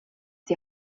die